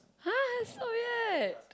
!huh! so weird